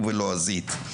בערבית ובלועזית,